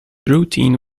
routine